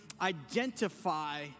identify